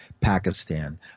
Pakistan